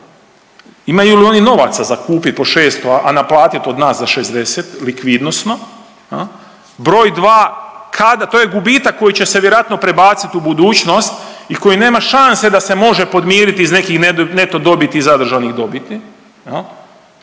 imaju li oni novaca za kupit po 600 a naplatit od nas za 60 likvidnosno. Broj dva, to je gubitak koji će se vjerojatno prebaciti u budućnost i koji nema šanse da se može podmiriti iz nekih neto dobiti i zadržanih dobiti,